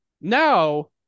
now